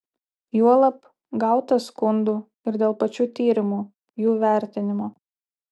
juolab gauta skundų ir dėl pačių tyrimų jų vertinimo